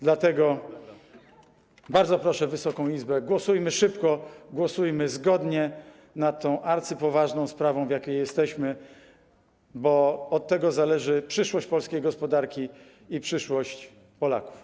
Dlatego bardzo proszę Wysoką Izbę, głosujmy szybko, głosujmy zgodnie nad tą arcypoważną sprawą w sytuacji, w jakiej jesteśmy, bo od tego zależy przyszłość polskiej gospodarki i przyszłość Polaków.